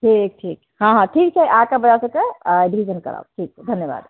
ठीक ठीक हँ हँ ठीक छै आ कऽ बौआ सबके एडमिशन कराउ ठीक छै धन्यवाद